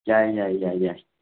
ꯌꯥꯏ ꯌꯥꯏ ꯌꯥꯏ ꯌꯥꯏ